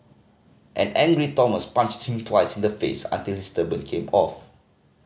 an angry Thomas punched him twice in the face until his turban came off